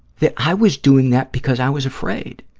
that i was doing that because i was afraid.